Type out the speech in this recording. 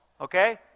okay